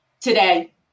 today